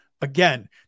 Again